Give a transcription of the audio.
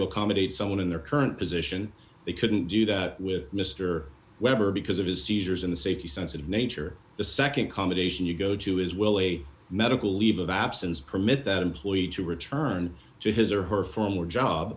accommodate someone in their current position they couldn't do that with mr weber because of his seizures in the safety sensitive nature the nd combination you go to is will a medical leave of absence permit that employee to return to his or her former job